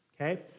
okay